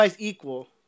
equal